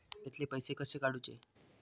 खात्यातले पैसे कसे काडूचे?